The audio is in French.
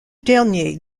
dernier